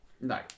No